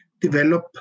develop